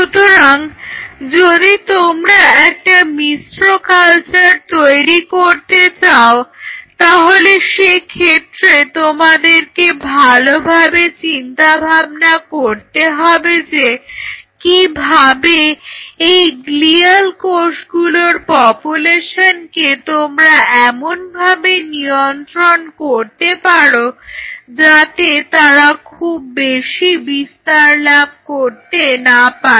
সুতরাং যদি তোমরা একটা মিশ্র কালচার তৈরি করতে চাও তাহলে সেক্ষেত্রে তোমাদেরকে ভালোভাবে চিন্তা ভাবনা করতে হবে যে কিভাবে এই গ্লিয়াল কোষগুলোর পপুলেশনকে তোমরা এমনভাবে নিয়ন্ত্রণ করতে পারো যাতে তারা খুব বেশি বিস্তার লাভ করতে না পারে